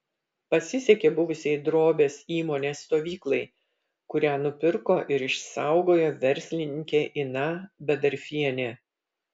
pasisekė buvusiai drobės įmonės stovyklai kurią nupirko ir išsaugojo verslininkė ina bedarfienė